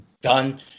done